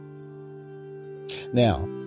Now